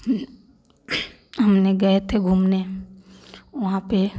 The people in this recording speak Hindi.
हमने गए थे घूमने वहाँ पे